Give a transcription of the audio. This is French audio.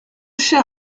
cher